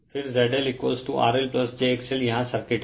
Refer Slide Time 2701 फिर ZLRLjXL यहाँ circuit है